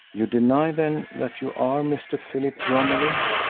you deny, then, that you are mr. philip romilly?